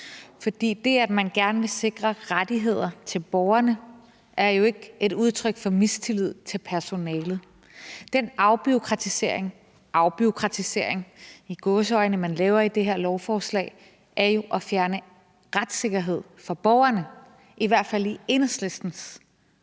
For det, at man gerne vil sikre rettigheder til borgerne, er jo ikke et udtryk for mistillid til personalet. Den afbureaukratisering – i gåseøjne – man laver med det her lovforslag, er jo at fjerne retssikkerhed for borgerne, i hvert fald i Enhedslistens perspektiv.